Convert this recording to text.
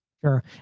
Sure